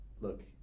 look